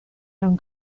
eran